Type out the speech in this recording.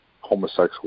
homosexual